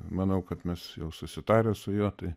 manau kad mes jau susitarę su juo tai